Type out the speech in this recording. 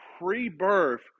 pre-birth